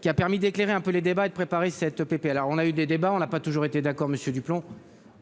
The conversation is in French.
qui a permis d'éclairer un peu les débats et de préparer cette pépé. Alors on a eu des débats. On n'a pas toujours été d'accord, Monsieur Duplomb.